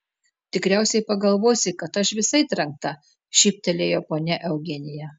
tikriausiai pagalvosi kad aš visai trenkta šyptelėjo ponia eugenija